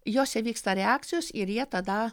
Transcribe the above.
juose vyksta reakcijos ir jie tada